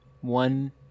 one